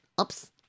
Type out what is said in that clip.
Oops